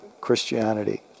Christianity